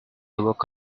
woke